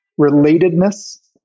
Relatedness